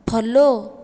follow